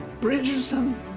Bridgerton